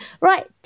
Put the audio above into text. right